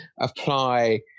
apply